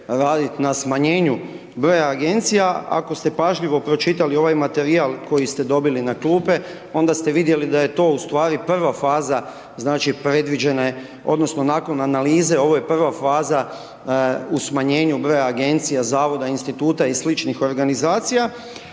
na smanjenju broja Agencija. Ako ste pažljivo pročitali ovaj materijal koji ste dobili na klupe, onda ste vidjeli da je to ustvari prva faza, znači, predviđena je odnosno nakon analize ovo je prva faza u smanjenju broja Agencija, Zavoda, Instituta i sličnih organizacija.